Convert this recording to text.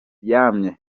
yamye